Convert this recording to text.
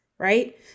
right